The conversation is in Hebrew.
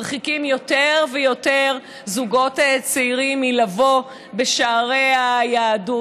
מרחיקים יותר ויותר זוגות צעירים מלבוא בשערי היהדות.